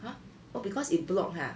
!huh! oh because it block ha